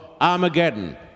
Armageddon